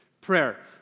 prayer